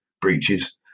breaches